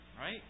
right